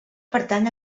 pertany